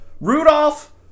Rudolph